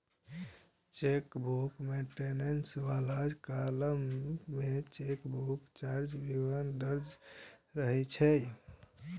chequebook maintenance बला column मे chequebook चार्जक विवरण दर्ज रहै छै